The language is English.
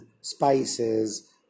spices